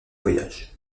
voyage